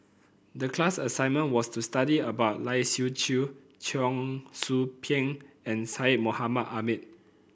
the class assignment was to study about Lai Siu Chiu Cheong Soo Pieng and Syed Mohamed Ahmed